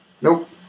nope